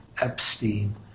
Epstein